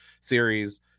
series